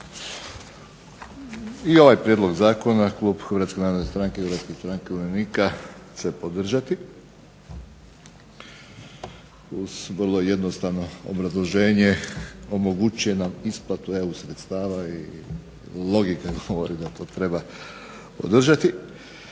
I ovaj Prijedlog zakona Klub Hrvatske narodne stranke i Hrvatske stranke umirovljenika će podržati uz vrlo jednostavno obrazloženje, omogućuje nam isplatu EU sredstava i logika govori da to treba podržati.